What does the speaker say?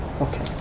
Okay